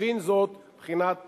מבין זאת בחינת פשיטא?